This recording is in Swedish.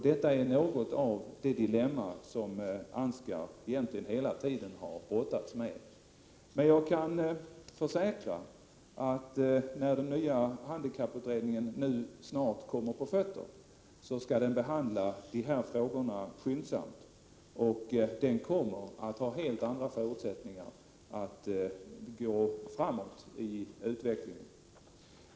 Detta är något av det dilemma som Ansgar hela tiden har brottats med. Men jag kan försäkra att när den nya handikapputredningen snart kommer i gång med sitt arbete, så skall den behandla dessa frågor skyndsamt. Den kommer att ha helt andra förutsättningar att gå framåt i utvecklingen.